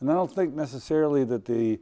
and i don't think necessarily that the